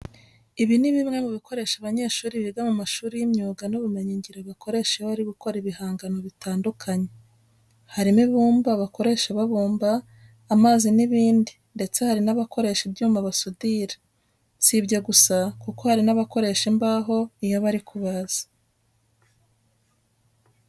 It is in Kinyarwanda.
Ibi ni bimwe mu bikoresho abanyeshuri biga mu mashuri y'imyuga n'ubumenyingiro bakoresha iyo bari gukora ibihangano bitandukanye. Harimo ibumba bakoresha babumba, amazi n'ibindi ndetse hari n'abakoresha ibyuma basudira. Si ibyo gusa kuko hari n'abakoresha imbaho iyo bari kubaza.